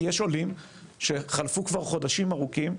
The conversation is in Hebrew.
כי יש עולים שחלפו כבר חודשים ארוכים,